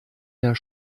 der